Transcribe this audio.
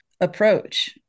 approach